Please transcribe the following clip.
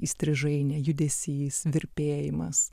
įstrižainė judesys virpėjimas